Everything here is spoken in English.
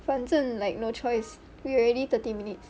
反正 like no choice we already thirty minutes